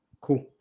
Cool